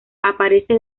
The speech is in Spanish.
aparece